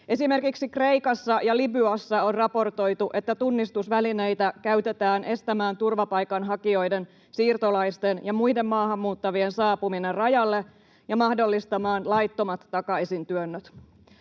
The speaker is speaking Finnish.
Esimerkiksi Kreikassa ja Libyassa on raportoitu, että tunnistusvälineitä käytetään estämään turvapaikanhakijoiden, siirtolaisten ja muiden maahanmuuttavien saapuminen rajalle ja mahdollistamaan laittomat takaisintyönnöt.